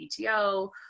PTO